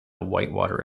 whitewater